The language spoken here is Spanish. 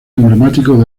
emblemáticos